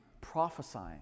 prophesying